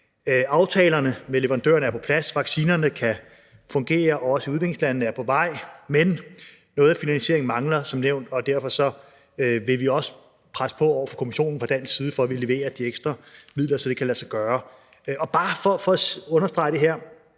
Aftalerne med leverandørerne er på plads. Vaccinerne kan fungere, også i udviklingslandene, og er på vej. Men noget af finansieringen mangler som nævnt, og derfor vil vi også presse på over for Kommissionen fra dansk side for at få leveret de ekstra midler, så det kan lade sig gøre. Så vil jeg bare understrege en